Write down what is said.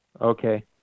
Okay